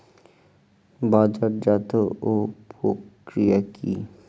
বাজারজাতও প্রক্রিয়া কি?